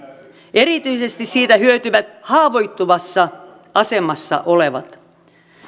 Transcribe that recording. erityisesti siitä hyötyvät haavoittuvassa asemassa olevat